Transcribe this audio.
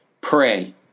pray